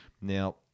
Now